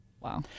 Wow